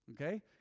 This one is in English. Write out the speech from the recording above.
Okay